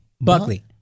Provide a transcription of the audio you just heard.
Buckley